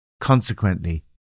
Consequently